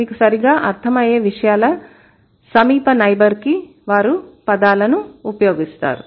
మీకు సరిగ్గా అర్ధం అయ్యే విషయాల సమీప నైబర్ కి వారు పదాలను ఉపయోగిస్తారు